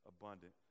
abundant